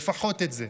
לפחות את זה.